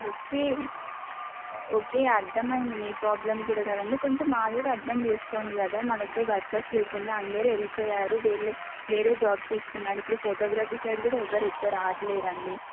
okay okay అర్థమ్యంది మీ problem కూడా కదండి కొంచం మాలు కూడా అర్థం చేసుకోండి కదా మా దగ్గర వర్కర్స్ లేకుండా అందరు వెళ్లిపోయారు అయ్యారు వేరే జాబ్స్ చూసుకున్నారు ఇప్పుడు ఫోటోగ్రఫీ సైడ్ కూడా ఎవ్వరు ఎప్పు రావట్లేదు అండి